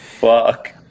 Fuck